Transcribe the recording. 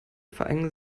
verengen